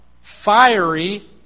fiery